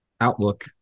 outlook